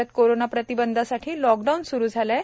राज्यात कोरोना प्रतिबंधासाठी लॉकडाऊन सुरु झाले आहे